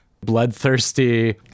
bloodthirsty